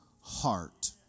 heart